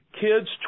Kids